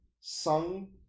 sung